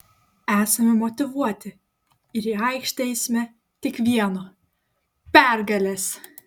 esame motyvuoti ir į aikštę eisime tik vieno pergalės